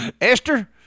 Esther